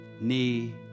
knee